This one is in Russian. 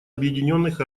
объединённых